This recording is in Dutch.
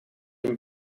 een